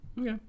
Okay